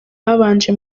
babanje